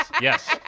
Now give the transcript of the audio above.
Yes